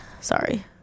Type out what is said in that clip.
sorry